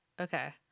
okay